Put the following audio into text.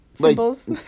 symbols